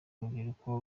urubyiruko